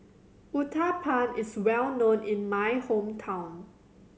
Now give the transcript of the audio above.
uthapam is well known in my hometown